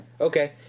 Okay